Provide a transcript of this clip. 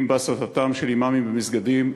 אם בהסתתם של האימאמים במסגדים,